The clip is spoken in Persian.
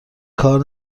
کار